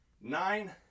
nine